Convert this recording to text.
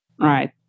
Right